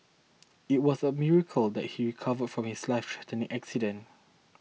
it was a miracle that he recovered from his lifethreatening accident